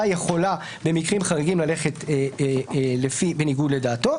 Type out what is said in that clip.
יכולה ללכת במקרים חריגים בניגוד לדעתו.